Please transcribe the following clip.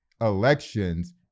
elections